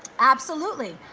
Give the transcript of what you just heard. absolutely,